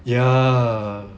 ya